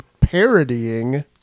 parodying